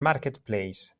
marketplace